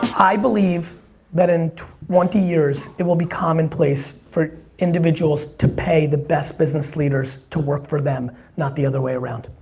i believe in twenty years it will be common place for individuals to pay the best business leaders to work for them, not the other way around.